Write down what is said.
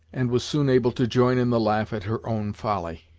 and was soon able to join in the laugh at her own folly.